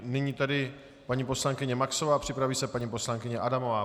Nyní tedy paní poslankyně Maxová a připraví se paní poslankyně Adamová.